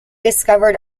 discovered